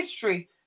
history